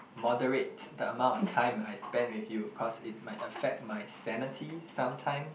moderate the amount of time I spend with you cause it might affect my sanity sometime